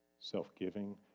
Self-giving